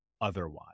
otherwise